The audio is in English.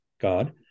God